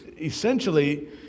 essentially